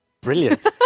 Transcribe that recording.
Brilliant